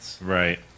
Right